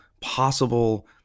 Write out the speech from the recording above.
possible